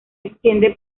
extiende